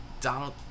Donald